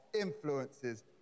influences